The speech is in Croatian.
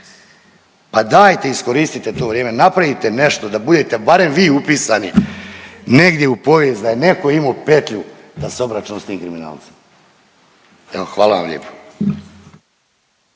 pa dajte iskoristite to vrijeme, napravite nešto da budete barem vi upisani negdje u povijest, da je netko imao petlju da se obračuna s tim kriminalcima. Evo, hvala vam lijepo.